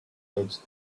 touched